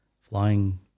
flying